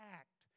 act